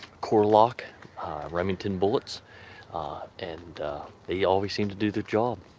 core lock remington bullets and they always seem to do their job